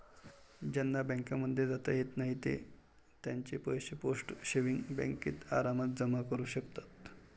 ज्यांना बँकांमध्ये जाता येत नाही ते त्यांचे पैसे पोस्ट सेविंग्स बँकेत आरामात जमा करू शकतात